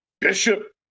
Bishop